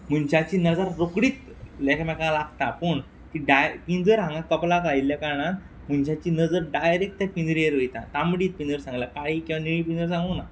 मुनशाची नजर रोकडीत लेकामेका लागता पूण ती डाय पिंजर हांगां कपलाक आयिल्ल्या कारणान मुनशाची नजर डायरेक ते पिनरेर वयता तांबडी पिनर सांगलां काळी किंवां निळी पिनर सांगूक ना